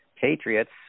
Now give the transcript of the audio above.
Patriots